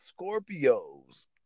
Scorpios